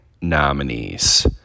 nominees